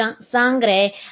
Sangre